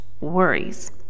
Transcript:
worries